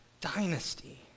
dynasty